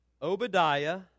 Obadiah